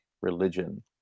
religion